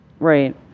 Right